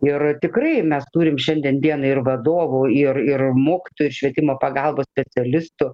ir tikrai mes turim šiandien dienai ir vadovų ir ir mokytojų švietimo pagalbos specialistų